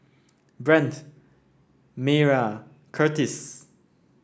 Brent Mayra Curtiss